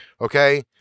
okay